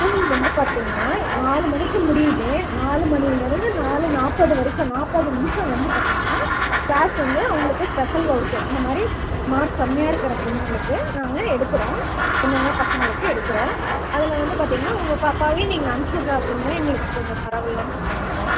school வந்து பார்த்திங்கன்னா நாலு மணிக்கு முடியுது நாலு மணிலருந்து நாலு நாற்பது வரைக்கும் நாற்பது நிமிஷம் வந்து பார்த்திங்கன்னா கிளாஸ் வந்து அவங்களுக்கு ஸ்பெஷல் வகுப்பு இந்த மாதிரி மார்க் கம்மியாக இருக்கிற பொண்ணுங்களுக்கு நாங்கள் எடுக்கிறோம் பொண்ணுங்க பசங்களுக்கு எடுக்குறோம் அதில் வந்து பார்த்திங்கன்னா உங்கள் பாப்பாவையும் நீங்கள் அமிச்சி விட்றாப்புடி இருந்தால் எங்களுக்கு கொஞ்சம் பரவால்லன்னு நினைக்கிறோம்